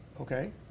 Okay